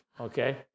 Okay